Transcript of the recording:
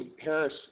Harris